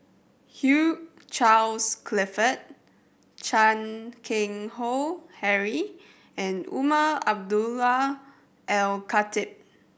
Hugh Charles Clifford Chan Keng Howe Harry and Umar Abdullah Al Khatib